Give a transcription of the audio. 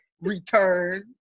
return